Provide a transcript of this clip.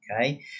Okay